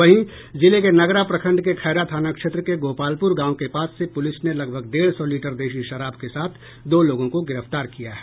वहीं जिले के नगरा प्रखंड के खैरा थाना क्षेत्र के गोपालपुर गांव के पास से पुलिस ने लगभग डेढ़ सौ लीटर देशी शराब के साथ दो लोगों को गिरफ्तार किया है